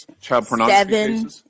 seven